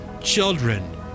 children